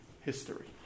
history